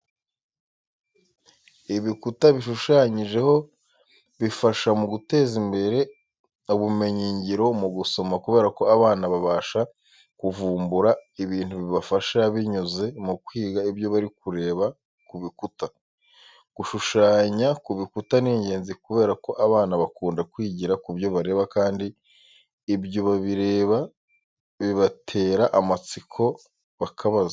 Ibikuta bishushanyijeho bifasha mu guteza imbere ubumenyingiro mu gusoma, kubera ko abana babasha kuvumbura ibintu bibafasha, binyuze mu kwiga ibyo bari kureba kubikuta. Gushushanya ku bikuta ni ingezi kubera ko abana bakunda kwigira ku byo bareba, kandi iyo babireba bibatera amatsiko bakabaza.